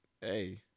hey